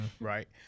right